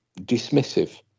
dismissive